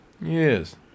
Yes